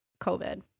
COVID